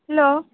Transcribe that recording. hello